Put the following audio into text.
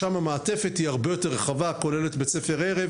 שם המעטפת היא הרבה יותר רחבה וכוללת בית ספר ערב